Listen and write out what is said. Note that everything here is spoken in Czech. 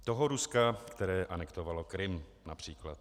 Toho Ruska, které anektovalo Krym, například.